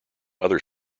other